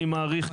אני מעריך,